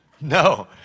no